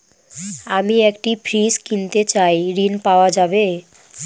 আমি একটি ফ্রিজ কিনতে চাই ঝণ পাওয়া যাবে?